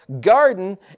garden